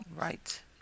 Right